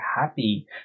happy